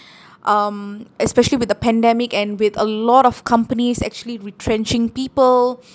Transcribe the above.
um especially with the pandemic and with a lot of companies actually retrenching people